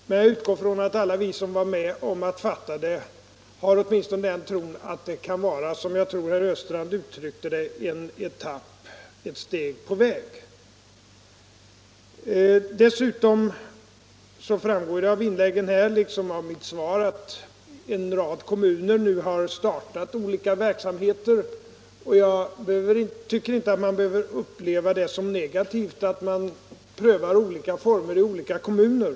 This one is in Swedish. Men jag utgår från att vi alla som var med om att fatta det beslutet åtminstone har den tron att det, som jag tror att herr Östrand uttryckte sig, utgör ett steg på vägen. Dessutom framgår det av inläggen här liksom av mitt svar att en rad kommuner nu har startat olika verksamheter på området. Jag tycker inte att man behöver uppleva det som negativt att olika former prövas i olika kommuner.